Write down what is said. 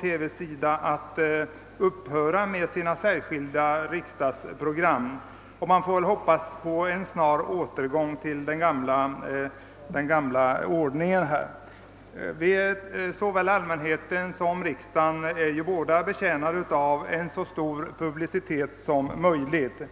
TV upphör med sina särskilda riksdagsprogram, och man får väl hoppas på en snar återgång till den gamla ordningen. Såväl allmänheten som riksdagen är betjänta av en så stor publicitet som möjligt.